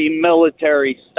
military